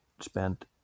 spent